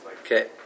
Okay